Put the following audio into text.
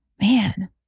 Man